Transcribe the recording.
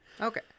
Okay